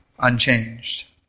unchanged